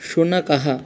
शुनकः